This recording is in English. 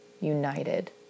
united